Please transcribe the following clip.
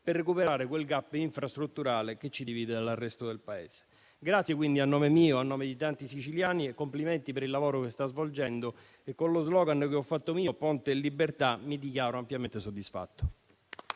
per recuperare quel *gap* infrastrutturale che ci divide dal resto del Paese. La ringrazio pertanto a nome mio e di tanti siciliani e mi complimento per il lavoro che sta svolgendo. Con lo *slogan* che ho fatto mio, "Ponte e libertà", mi dichiaro ampiamente soddisfatto.